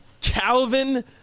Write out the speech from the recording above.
Calvin